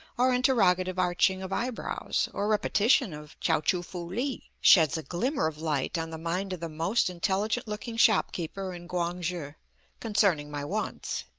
or interrogative arching of eyebrows, or repetition of chao-choo-foo li sheds a glimmer of light on the mind of the most intelligent-looking shopkeeper in quang-shi concerning my wants.